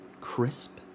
crisp